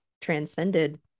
transcended